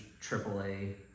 triple-A